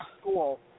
school